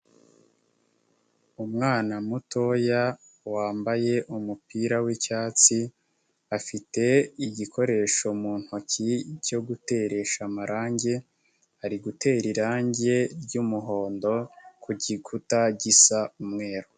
Umwana mutoya wambaye umupira w'icyatsi, afite igikoresho mu ntoki cyo guteresha amarange, ari gutera irange ry'umuhondo ku gikuta gisa umweru.